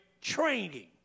training